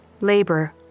labor